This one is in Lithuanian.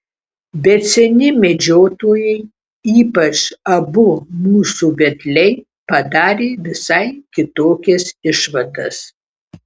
bet seni medžiotojai ypač abu mūsų vedliai padarė visai kitokias išvadas